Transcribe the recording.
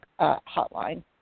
Hotline